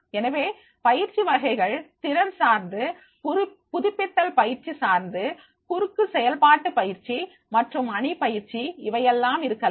எனவே பயிற்சி வகைகள்திறன் சார்ந்து புதுப்பித்தல் பயிற்சி சார்ந்து குறுக்கு செயல்பாட்டு பயிற்சி மற்றும் அணி பயிற்சி இவையெல்லாம் இருக்கலாம்